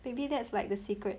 maybe that's like the secret